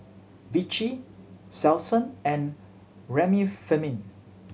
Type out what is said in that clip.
Vichy Selsun and Remifemin